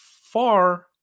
far